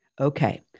Okay